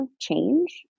change